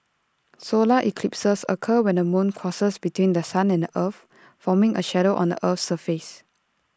solar eclipses occur when the moon crosses between The Sun and the earth forming A shadow on the Earth's surface